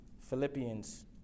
Philippians